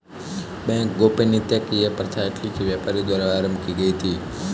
bank गोपनीयता की यह प्रथा इटली के व्यापारियों द्वारा आरम्भ की गयी थी